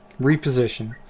Reposition